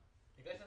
אני הגשתי תלונה.